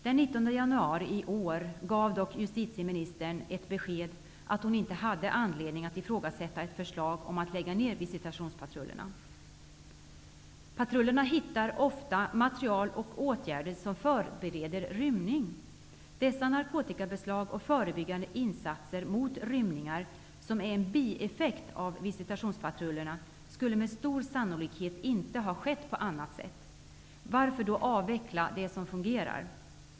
Den 19 januari i år gav dock justitieministern beskedet att hon inte hade anledning att ifrågasätta ett förslag om att lägga ner visitationspatrullerna. Patrullerna hittar ofta material och sådant som tyder på åtgärder som gäller förberedelse av rymning. Dessa narkotikabeslag och förebyggande insatser mot rymningar, som är en bieffekt av visitiationspatrullernas verksamhet, skulle med stor sannolikhet inte ha skett på annat sätt. Varför då avveckla något som fungerar?